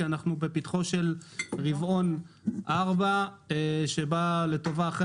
כי אנחנו בפתחו של הרבעון הרביעי שבא לטובה אחרי